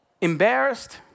Embarrassed